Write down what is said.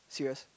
serious